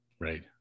Right